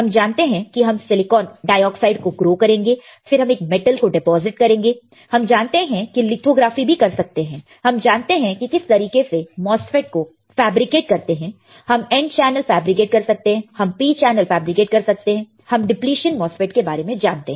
हम जानते हैं कि हम सिलीकान डाइऑक्साइड को ग्रो करेंगे फिर हम एक मेटल को डिपॉजिट करेंगे हम जानते हैं कि हम लिथोग्राफी भी कर सकते हैं हम जानते हैं कि किस तरीके से MOSFET को फैब्रिकेट करते हैं हम n चैनल फैब्रिकेट कर सकते हैं हम p चैनल फैब्रिकेट कर सकते हैं हम डिप्लीशन MOSFET के बारे में जानते हैं